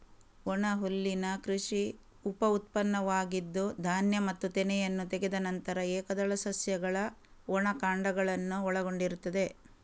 ಒಣಹುಲ್ಲಿನ ಕೃಷಿ ಉಪ ಉತ್ಪನ್ನವಾಗಿದ್ದು, ಧಾನ್ಯ ಮತ್ತು ತೆನೆಯನ್ನು ತೆಗೆದ ನಂತರ ಏಕದಳ ಸಸ್ಯಗಳ ಒಣ ಕಾಂಡಗಳನ್ನು ಒಳಗೊಂಡಿರುತ್ತದೆ